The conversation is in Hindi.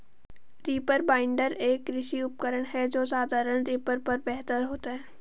रीपर बाइंडर, एक कृषि उपकरण है जो साधारण रीपर पर बेहतर होता है